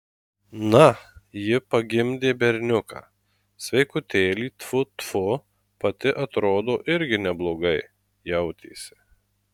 na ji pagimdė berniuką sveikutėlį tfu tfu pati atrodo irgi neblogai jautėsi